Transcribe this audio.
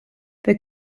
wir